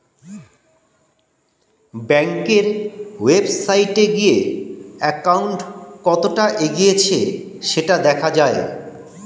ব্যাংকের ওয়েবসাইটে গিয়ে অ্যাকাউন্ট কতটা এগিয়েছে সেটা দেখা যায়